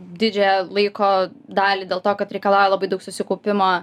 didžiąją laiko dalį dėl to kad reikalauja labai daug susikaupimo